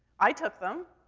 i took them,